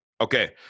Okay